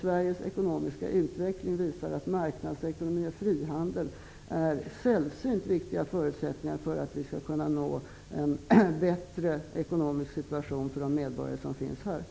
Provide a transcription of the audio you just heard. Sveriges ekonomiska utveckling visar att marknadsekonomi och frihandel är sällsynt viktiga förutsättningar för att vi skall kunna skapa en bättre ekonomisk situation för de medborgare som finns i Sverige.